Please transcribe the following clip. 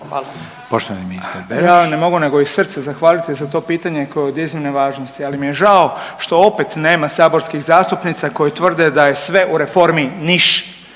Ja ne mogu nego iz srca zahvaliti za to pitanje koje je od iznimne važnosti, ali mi je žao što opet nema saborskih zastupnica koje tvrde da je sve u reformi niš.